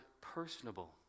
personable